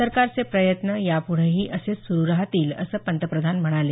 सरकारचे प्रयत्न यापुढेही असेच सुरू राहतील असं पंतप्रधान म्हणाले